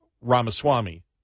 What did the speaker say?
Ramaswamy